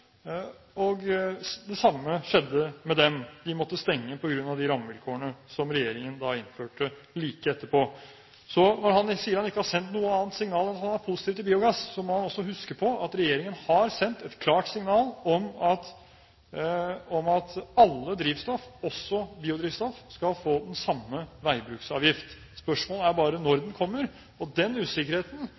og det samme skjedde med dem: De måtte stenge på grunn av de rammevilkårene som regjeringen da innførte like etterpå. Når statsråden sier at han ikke har sendt noe annet signal enn at han er positiv til biogass, må han også huske på at regjeringen har sendt et klart signal om at all slags drivstoff, også biodrivstoff, skal få den samme veibruksavgiften. Spørsmålet er bare når den kommer. Den usikkerheten